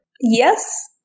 Yes